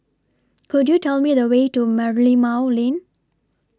Could YOU Tell Me The Way to Merlimau Lane